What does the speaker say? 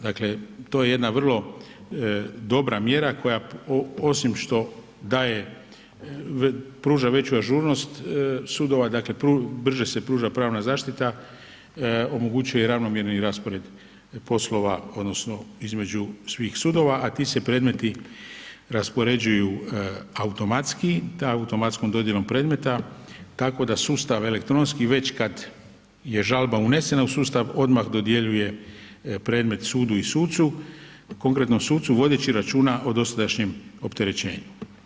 Dakle, to je jedna vrlo dobra mjera osim što daje, pruža veću ažurnost sudova, dakle brže se pruža pravna zaštita omogućuje i ravnomjerni raspored poslova odnosno između svih sudova, a ti se predmeti raspoređuju automatski, automatskom dodjelom predmeta, tako da sustav elektronski već kad je žalba unesena u sustav odmah dodjeljuje predmet sudu i sucu, konkretnom sucu vodeći računa o dosadašnjem opterećenju.